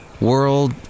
World